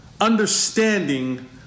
understanding